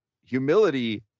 humility